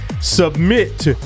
submit